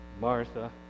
Martha